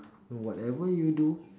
whatever you do